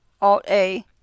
Alt-A